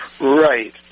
Right